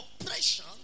oppression